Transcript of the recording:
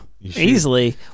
easily